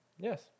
Yes